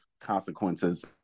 consequences